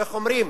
איך אומרים?